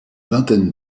vingtaine